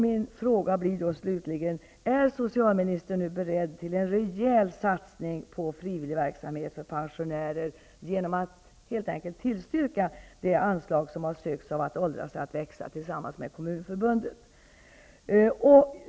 Min fråga blir då slutligen: Är socialministern nu beredd att göra en rejäl satsning på frivilligverksamhet för pensionärer genom att helt enkelt tillstyrka det anslag som har sökts av föreningen Att åldras är att växa tillsammans med Kommunförbundet?